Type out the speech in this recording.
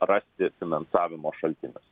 rasti finansavimo šaltinius